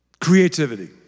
Creativity